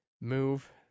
move –